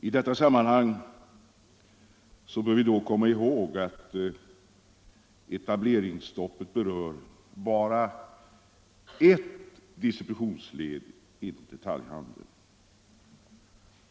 I detta sammanhang bör vi då komma ihåg att etableringsstoppet berör bara ett distributionsled inom detaljhandeln.